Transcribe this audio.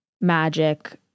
magic